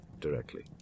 directly